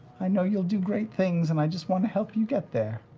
i know you'll do great things, and i just want to help you get there.